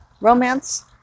Romance